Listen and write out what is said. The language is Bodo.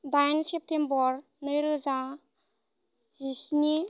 दाइन सेप्तेम्बर नैरोजा जिस्नि